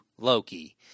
Loki